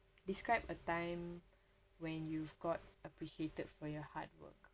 describe a time when you've got appreciated for your hard work